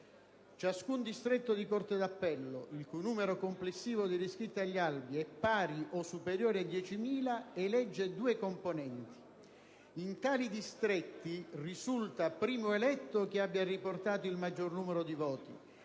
Ciascun distretto di corte d'appello in cui il numero complessivo degli iscritti agli albi è pari o superiore a diecimila elegge due componenti; in tali distretti risulta primo eletto chi abbia riportato il maggior numero di voti,